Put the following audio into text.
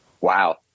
Wow